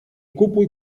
kupuj